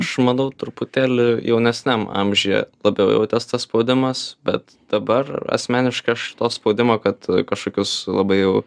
aš manau truputėlį jaunesniam amžiuje labiau jautės spaudimas bet dabar asmeniškai aš to spaudimo kad kažkokius labai jau